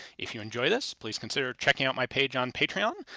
if you enjoy this please consider checking out my page on patreon,